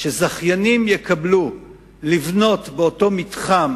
שזכיינים יקבלו לבנות באותו מתחם,